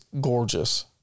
gorgeous